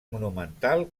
monumental